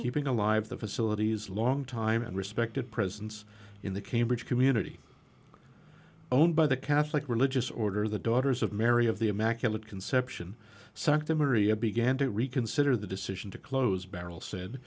keeping alive the facilities long time and respected presence in the cambridge community owned by the catholic religious order the daughters of mary of the immaculate conception sect to maria began to reconsider the decision to close barrel said